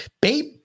Babe